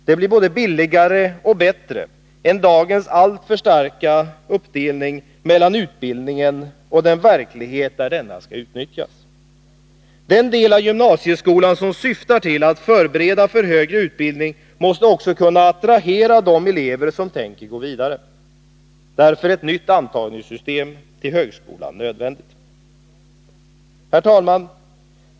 Det blir både billigare och bättre än dagens alltför starka uppdelning mellan utbildningen och den verklighet där denna skall utnyttjas. Den del av gymnasieskolan som syftar till att förbereda för högre utbildning måste också kunna attrahera de elever som tänker gå vidare. Därför är ett nytt antagningssystem till högskolan nödvändigt. Herr talman!